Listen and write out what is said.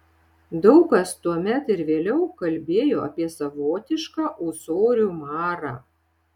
daug kas tuomet ir vėliau kalbėjo apie savotišką ūsorių marą